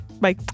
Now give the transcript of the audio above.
Bye